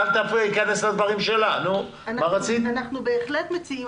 אנחנו בהחלט מציעים.